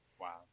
Wow